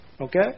Okay